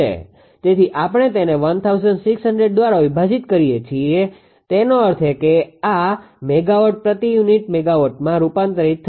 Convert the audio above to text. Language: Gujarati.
તેથી આપણે તેને 1600 દ્વારા વિભાજીત કરી રહ્યા છીએ તેનો અર્થ એ કે આ મેગાવોટ પ્રતિ યુનિટ મેગાવોટમાં રૂપાંતરિત થશે